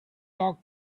talk